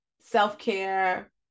self-care